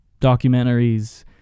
documentaries